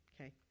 Okay